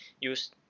use